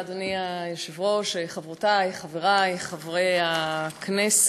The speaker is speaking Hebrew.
תודה, אדוני היושב-ראש, חברותי, חברי, חברי הכנסת,